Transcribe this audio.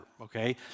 okay